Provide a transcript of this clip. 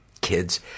kids